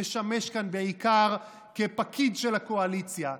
שמשמש כאן בעיקר כפקיד של הקואליציה,